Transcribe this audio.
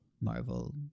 Marvel